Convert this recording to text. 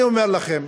אני אומר לכם,